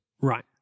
Right